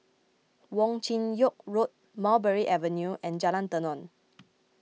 Wong Chin Yoke Road Mulberry Avenue and Jalan Tenon